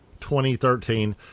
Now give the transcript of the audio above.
2013